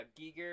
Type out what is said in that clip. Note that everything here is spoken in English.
Giger